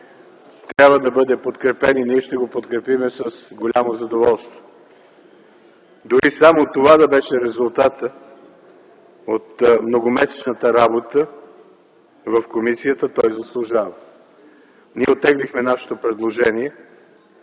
трябва да бъде подкрепен и ние ще го подкрепим с голямо задоволство. Дори само това да беше резултатът от многомесечната работа в комисията, той заслужава. Ние оттеглихме нашето предложение